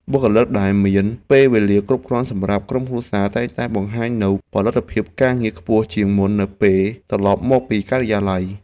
បុគ្គលិកដែលមានពេលវេលាគ្រប់គ្រាន់សម្រាប់ក្រុមគ្រួសារតែងតែបង្ហាញនូវផលិតភាពការងារខ្ពស់ជាងមុននៅពេលត្រឡប់មកការិយាល័យ។